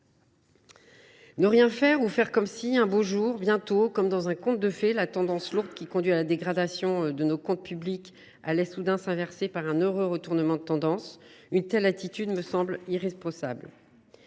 Ne rien faire ou faire comme si, un beau jour, bientôt, comme dans un conte de fées, la tendance lourde qui conduit à la dégradation de nos comptes publics allait soudainement s’inverser, par un heureux retournement de tendance, me semble irresponsable.